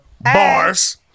Bars